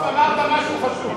סוף-סוף אמרת משהו חשוב.